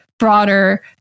broader